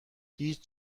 هیچ